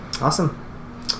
awesome